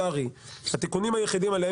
כנראה עם דמעות התיקונים היחידים עליהם